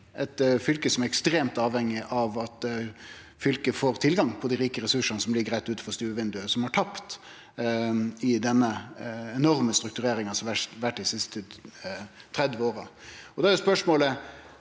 eit fylke som er ekstremt avhengig av at dei får tilgang på dei rike ressursane som ligg rett utanfor stuevindauget, og som har tapt i den enorme struktureringa som har vore dei siste 30 åra. Da er spørsmålet: